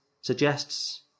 suggests